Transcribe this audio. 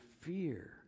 fear